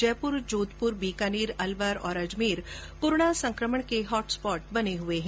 जयपुर जोधपुर बीकानेर अलवर और अजमेर कोरोना संक्रमण के हॉट स्पॉट बने हुए हैं